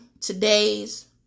today's